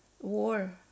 war